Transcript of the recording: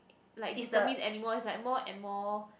like determined anymore is like more and more